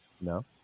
No